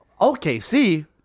OKC